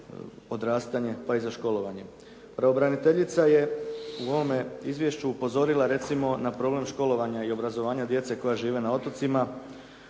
odrastanje pa i za školovanje. Pravobraniteljica je u ovome izvješću upozorila recimo na problem školovanja i obrazovanja djece koja žive na otocima,